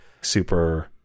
super